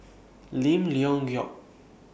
Lim Leong Geok